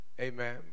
Amen